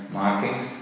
markings